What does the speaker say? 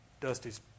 Dusty's